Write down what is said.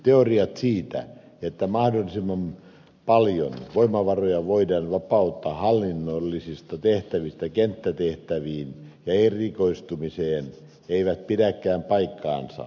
teoriat siitä että mahdollisimman paljon voimavaroja voidaan vapauttaa hallinnollisista tehtävistä kenttätehtäviin ja erikoistumiseen eivät pidäkään paikkaansa